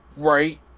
right